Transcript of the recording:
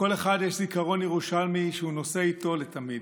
לכל אחד יש זיכרון ירושלמי שהוא נושא איתו לתמיד.